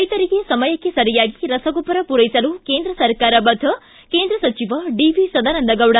ರೈಶರಿಗೆ ಸಮಯಕ್ಕೆ ಸರಿಯಾಗಿ ರಸಗೊಬ್ಬರ ಪೂರೈಸಲು ಕೇಂದ್ರ ಸರ್ಕಾರ ಬದ್ದ ಕೇಂದ್ರ ಸಚಿವ ಸದಾನಂದ ಗೌಡ್